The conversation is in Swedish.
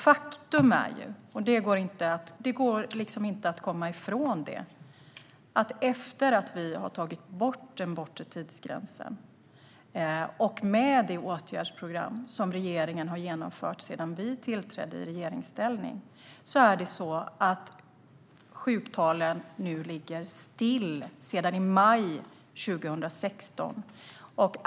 Faktum är - det går inte att komma ifrån - att efter att vi tog bort den bortre tidsgränsen och med det åtgärdsprogram som regeringen genomfört sedan vi trädde in i regeringsställning har sjuktalen legat still sedan i maj 2016.